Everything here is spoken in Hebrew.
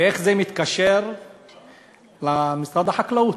ואיך זה מתקשר למשרד החקלאות?